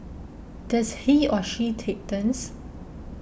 does he or she take turns